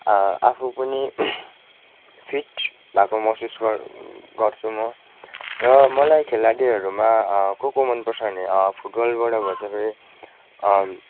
आफु पनि फिट भएको महसुस गर् गर्छु म र मलाई खेलाडीहरूमा को को मन पर्छ फुटबलबाट भन्दाखेरि